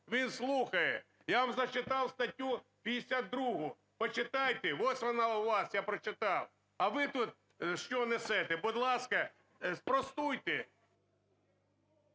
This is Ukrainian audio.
Він слухає… Я вам зачитав статтю 52, почитайте, ось вона у вас, я прочитав. А ви тут що несете? Будь ласка, спростуйте.